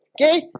okay